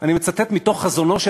אני מצטט מתוך חזונו של